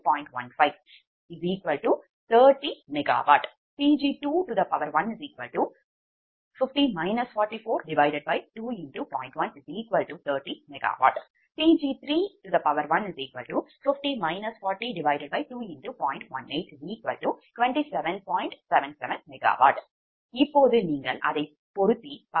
இப்போது நீங்கள் அதை பொருத்தி பார்க்க வேண்டும் ∆Pgi1 மொத்த சுமை கழித்தல் மொத்த generation என்பது இந்த சூத்திரம்